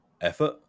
effort